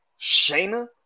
Shayna